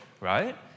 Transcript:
right